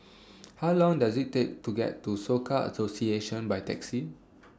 How Long Does IT Take to get to Soka Association By Taxi